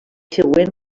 següent